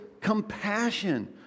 compassion